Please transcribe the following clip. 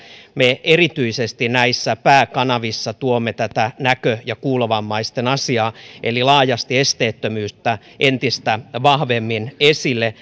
me erityisesti näissä pääkanavissa tuomme näkö ja kuulovammaisten asiaa eli laajasti esteettömyyttä entistä vahvemmin esille